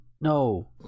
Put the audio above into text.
No